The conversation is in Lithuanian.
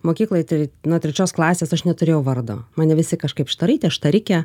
mokykloj tr nuo trečios klasės aš neturėjau vardo mane visi kažkaip štaraite štarike